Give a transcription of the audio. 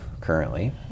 currently